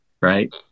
right